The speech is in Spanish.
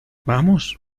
vamos